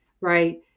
right